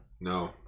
No